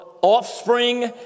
offspring